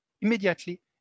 immediately